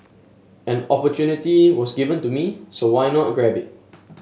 an opportunity was given to me so why not grab it